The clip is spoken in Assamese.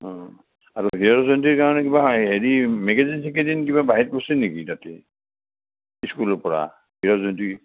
অঁ আৰু হীৰক জয়ন্তীৰ কাৰণে কিবা হেৰি মেগেজিন চেকেজিন কিবা বাহিৰ কৰিছে নেকি তাতে স্কুলৰপৰা হীৰক জয়ন্তীৰ